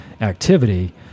activity